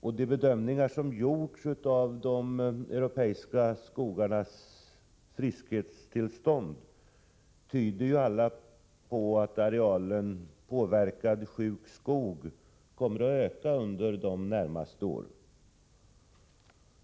Alla de bedömningar som gjorts av de europeiska skogarnas ”friskhetstillstånd” tyder ju på att arealen påverkad — sjuk — skog kommer att öka under de närmaste åren.